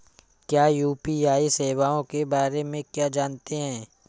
आप यू.पी.आई सेवाओं के बारे में क्या जानते हैं?